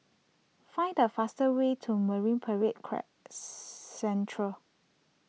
find the fastest way to Marine Parade Central